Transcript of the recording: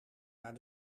naar